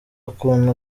ukuntu